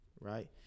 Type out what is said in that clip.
Right